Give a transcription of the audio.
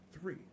three